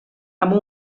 amb